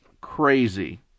crazy